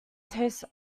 tastes